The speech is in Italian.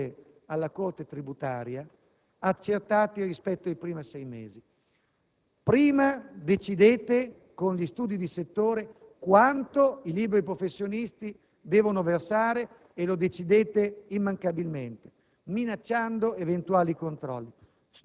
accertati di fronte alla giustizia tributaria rispetto ai primi sei mesi. Prima decidete con gli studi di settore quanto i liberi professionisti devono versare, e lo decidete immancabilmente,